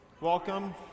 Welcome